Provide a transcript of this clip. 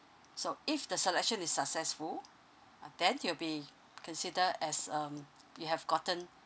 so if the selection is successful ah then you'll be considered as um you have gotten